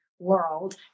world